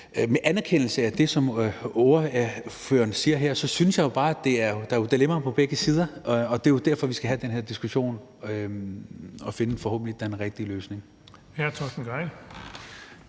med anerkendelse af det, som ordføreren siger her, synes jeg jo bare, at der er dilemmaer på begge sider, og det er jo derfor, vi skal have den her diskussion og forhåbentlig finde den rigtige løsning.